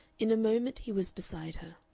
in a moment he was beside her.